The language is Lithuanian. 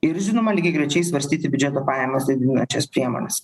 ir žinoma lygiagrečiai svarstyti biudžeto pajamas didinančias priemones